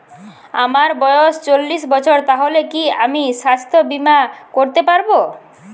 আমার বয়স চল্লিশ বছর তাহলে কি আমি সাস্থ্য বীমা করতে পারবো?